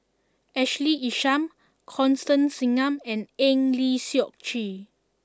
Ashley Isham Constance Singam and Eng Lee Seok Chee